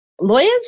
Lawyers